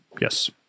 Yes